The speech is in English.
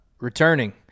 Returning